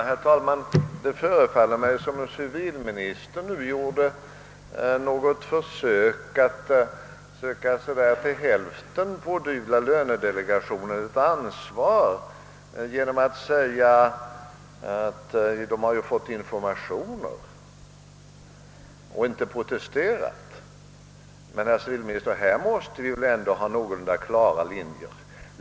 Herr talman! Det förefaller mig som om civilministern nu gjorde ett försök att till hälften pådyvla lönedelegationen ett ansvar genom att säga, att lönedelegationen har ju fått informationer och inte protesterat. Men, herr civilminister, här måste vi ändå ha någorlunda klara linjer.